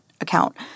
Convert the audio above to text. account